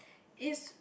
it's